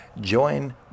join